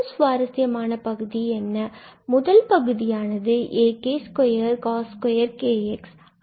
நம்மிடம் முதல் பகுதியானது ak2cos2 kx உள்ளது